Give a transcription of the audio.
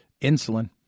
insulin